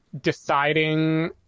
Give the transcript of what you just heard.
deciding